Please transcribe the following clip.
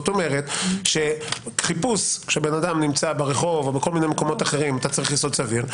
כלומר שחיפוש כשאדם ברחוב אתה צריך יסוד סביר.